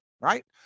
right